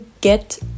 get